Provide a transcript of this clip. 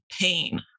pain